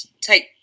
take